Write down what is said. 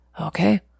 Okay